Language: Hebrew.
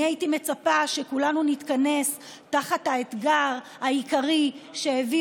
אני הייתי מצפה שכולנו נתכנס תחת האתגר העיקרי שהביא